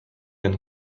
and